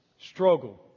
struggle